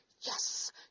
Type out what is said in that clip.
yes